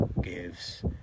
gives